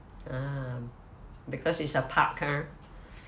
ah because it's a park ah